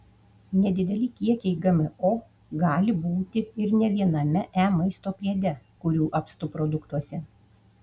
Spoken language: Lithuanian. nedideli kiekiai gmo gali būti ir ne viename e maisto priede kurių apstu produktuose